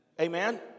amen